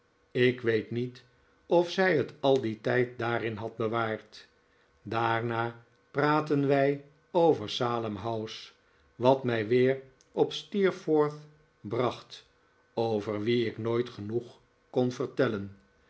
ik weet niet of zij het al dien tijd daarin had bewaard daarna praatten wij over salem house wat mij weer op steerforth bracht over wien ik nooit genoeg kon vertellen